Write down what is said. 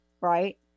right